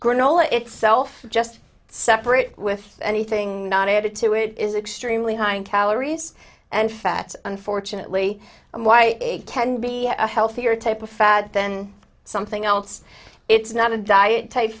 granola itself just separate with anything not added to it is extremely high in calories and fat unfortunately and why it can be a healthier type of fat then something else it's not a diet type